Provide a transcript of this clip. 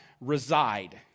reside